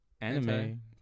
anime